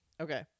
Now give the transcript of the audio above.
Okay